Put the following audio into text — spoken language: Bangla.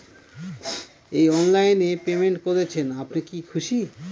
এই অনলাইন এ পেমেন্ট করছেন আপনি কি খুশি?